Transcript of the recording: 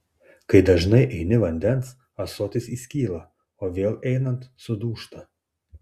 kai dažnai eini vandens ąsotis įskyla o vėl einant sudūžta